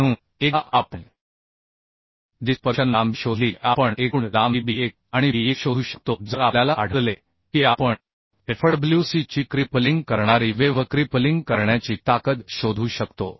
म्हणून एकदा आपण डिस्पर्शन लांबी शोधली की आपण एकूण लांबी b1 आणि b1 शोधू शकतो जर आपल्याला आढळले की आपण FWC ची क्रिपलिंग करणारी वेव्ह क्रिपलिंग करण्याची ताकद शोधू शकतो